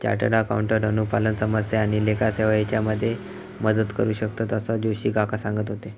chartered accountant अनुपालन समस्या आणि लेखा सेवा हेच्यामध्ये मदत करू शकतंत, असा जोशी काका सांगत होते